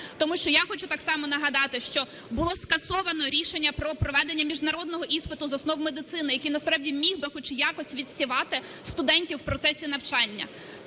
Тому що я хочу так само нагадати, що було скасовано рішення про проведення міжнародного іспиту з основ медицини, який насправді міг би хоч якось відсівати студентів у процесі навчання.